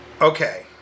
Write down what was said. Okay